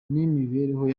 n’imibereho